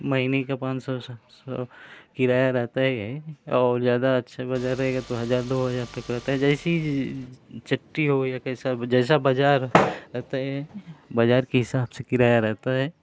महीने के पाँच सौ सौ किराया रहता ही है और ज़्यादा अच्छा बाज़ार रहेगा तो हज़ार दो हज़ार तक रहता है जैसी चट्टी हो कैसा बज़ा जैसा बाज़ार रहता है बाज़ार के हिसाब से किराया रहता है